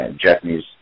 Japanese